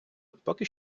поки